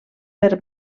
per